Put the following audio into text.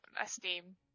esteem